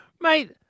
Mate